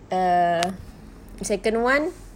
err second one